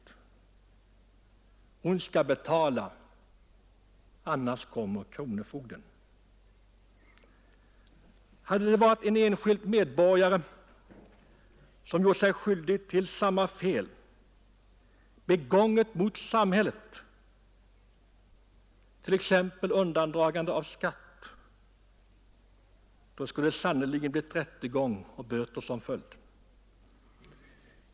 Hon skall betala, annars kommer kronofogden. Hade det varit en enskild medborgare som gjort sig skyldig till ett liknande fel mot samhället, t.ex. undandragande av skatt, då skulle det sannerligen ha blivit rättegång och böter som följd.